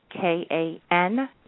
K-A-N